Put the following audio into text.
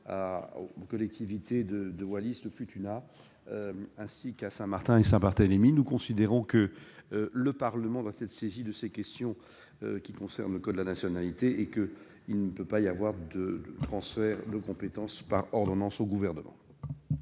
aux collectivités de Wallis-et-Futuna, de Saint-Martin et de Saint-Barthélemy. Nous considérons que le Parlement doit être saisi de ces questions qui concernent le code de la nationalité et qu'il ne peut y avoir de transfert de compétences par ordonnance au Gouvernement